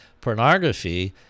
pornography